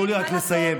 מה לעשות?